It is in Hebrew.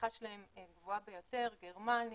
שהצריכה שלהן גבוהה ביותר: גרמניה,